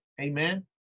amen